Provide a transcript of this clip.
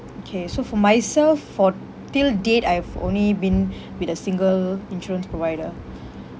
okay so for myself for till date I've only been with a single insurance provider